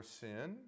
sin